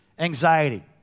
anxiety